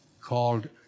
called